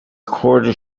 quarter